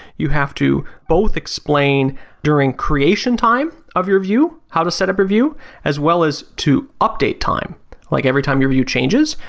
you have to both explain during creation time of your view, how to set up your view as well as to update time like every time your view changes,